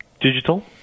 digital